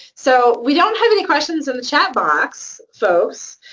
so we don't have any questions in the chat box, folks,